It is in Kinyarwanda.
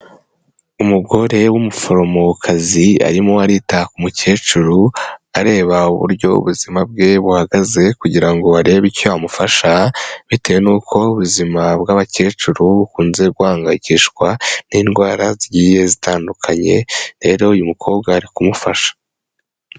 Umugore w'umuforomo kazi arimo arita k'umukecuru, areba uburyo ubuzima bwe buhagaze kugira ngo arebe icyo yamufasha, bitewe n'uko ubuzima bw'abakecuru bukunze guhangayikishwa n'indwara zigiye zitandukanye, rero uyu mukobwa ari kumufasha.